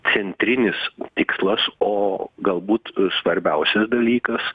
centrinis tikslas o galbūt svarbiausias dalykas